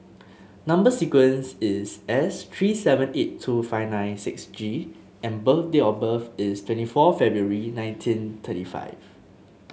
number sequence is S three seven eight two five nine six G and date of birth is twenty four February nineteen thirty five